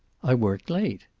i worked late.